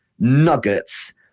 nuggets